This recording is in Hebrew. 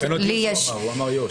--- הוא אמר יו"ש.